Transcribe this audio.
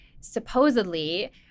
supposedly –